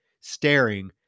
staring